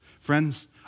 Friends